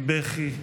מבכי,